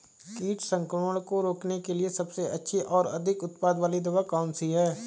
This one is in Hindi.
कीट संक्रमण को रोकने के लिए सबसे अच्छी और अधिक उत्पाद वाली दवा कौन सी है?